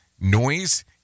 Noise